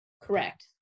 correct